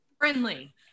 Friendly